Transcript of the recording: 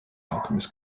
alchemist